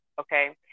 okay